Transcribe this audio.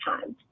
times